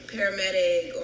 paramedic